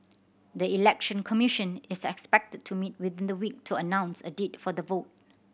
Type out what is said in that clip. the Election Commission is expected to meet within the week to announce a date for the vote